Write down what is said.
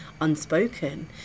unspoken